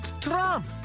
trump